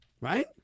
right